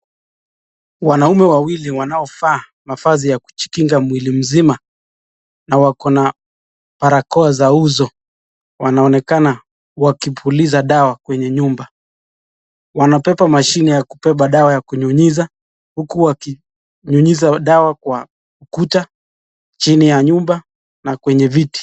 Wanaume wawili wanaovaa mavazi ya kujikinga mwili mzima, na wako na barakoa za uso, wanaonekana wakipuliza dawa kwenye nyumba. Wanabeba mashini ya kubeba dawa ya kunyunyiza, huku wakinyunyiza dawa kwa ukuta, chini ya nyumba na kwenye viti.